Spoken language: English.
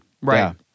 Right